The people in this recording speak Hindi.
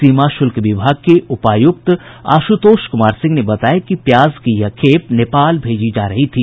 सीमा शुल्क विभाग के उपायुक्त आशुतोष कुमार सिंह ने बताया कि प्याज की यह खेप नेपाल भेजी जा रही थी